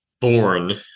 born